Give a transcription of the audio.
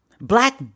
Black